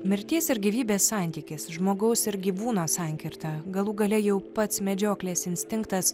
mirties ir gyvybės santykis žmogaus ir gyvūno sankirta galų gale jau pats medžioklės instinktas